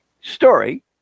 story